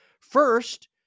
First